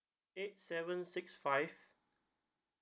eight seven six five